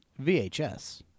VHS